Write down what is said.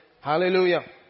Hallelujah